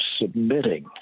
submitting